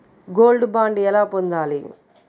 Gold bond ఎలా పొందాలి?